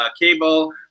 cable